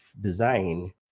design